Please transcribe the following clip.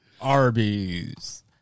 Arby's